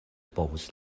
povus